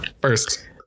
first